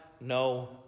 no